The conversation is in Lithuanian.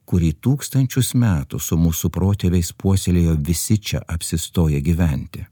kurį tūkstančius metų su mūsų protėviais puoselėjo visi čia apsistoję gyventi